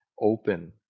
open